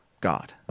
God